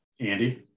Andy